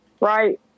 right